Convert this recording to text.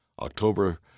October